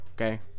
okay